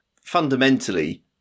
fundamentally